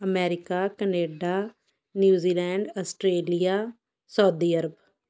America Canada New Zealand Australia Saudi Arabia